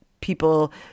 people